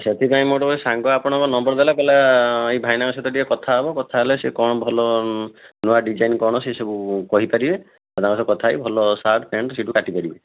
ସେଥିପାଇଁ ମୋର ଗୋଟେ ସାଙ୍ଗ ଆପଣଙ୍କ ନମ୍ବର ଦେଲା କହିଲା ଏଇ ଭାଇନାଙ୍କ ସହିତ ଟିକିଏ କଥା ହେବ କଥା ହେଲେ ସେ କ'ଣ ଭଲ ନୂଆ ଡିଜାଇନ୍ କ'ଣ ସିଏ ସବୁ କହିପାରିବେ ତାଙ୍କ ସହିତ କଥା ହେଇକି ଭଲ ସାର୍ଟ୍ ପ୍ୟାଣ୍ଟ୍ ସେଇଠୁ କାଟିପାରିବୁ